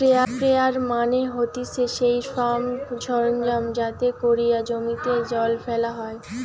sprayer মানে হতিছে সেই ফার্ম সরঞ্জাম যাতে কোরিয়া জমিতে জল ফেলা হয়